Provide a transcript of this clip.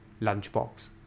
lunchbox